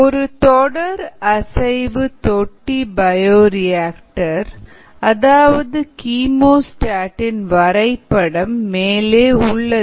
ஒரு தொடர் அசைவு தொட்டி பயோரியாக்டர் அதாவது கீமோஸ்டாட் இன் வரைபடம் மேலே உள்ளது